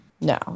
No